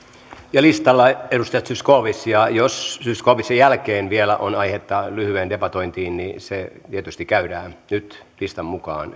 ja listalla on edustaja zyskowicz ja jos zyskowiczin jälkeen vielä on aihetta lyhyeen debatointiin niin se tietysti käydään nyt listan mukaan